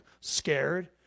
scared